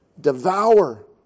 devour